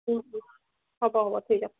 হ'ব হ'ব ঠিক আছে